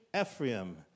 Ephraim